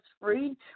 free